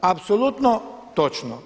Apsolutno točno.